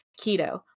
Keto